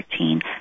13